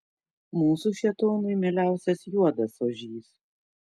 mūsų šėtonui mieliausias juodas ožys